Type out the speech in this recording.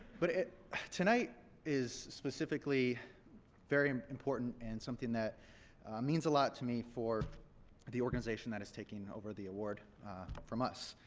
but tonight is specifically very important and something that means a lot to me for the organization that is taking over the award from us.